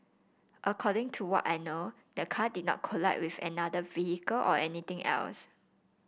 according to what I know the car did not collide with another vehicle or anything else